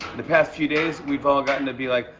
the past few days, we've all gotten to be like,